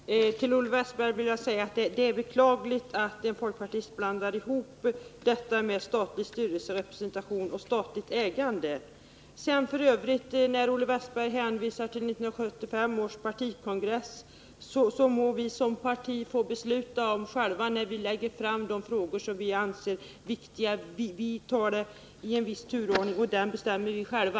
Fru talman! Till Olle Wästberg i Stockholm vill jag säga att det är beklagligt att en folkpartist blandar ihop detta med statlig styrelserepresentation och statligt ägande. Olle Wästberg hänvisade också till ett beslut på vår partikongress 1975. Jag vill säga honom att vårt parti självt må besluta om när vi skall lägga fram förslag i frågor som vi anser viktiga. Vi tar dem i en viss turordning, och den bestämmer vi själva.